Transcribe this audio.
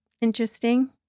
interesting